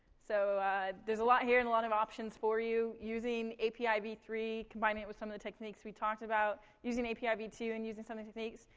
so there's a lot here, and a lot of options for you, using api v three, combining it with some of the techniques we talked about. using api v two and using some of the techniques.